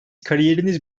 kariyeriniz